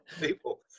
people